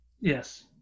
Yes